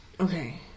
Okay